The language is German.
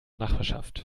nachbarschaft